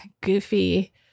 goofy